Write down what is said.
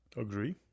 Agree